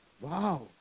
Wow